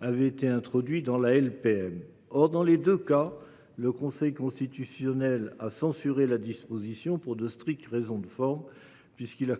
avait été introduit dans la LPM. Or, dans les deux cas, le Conseil constitutionnel a censuré les mesures adoptées, pour de strictes raisons de forme,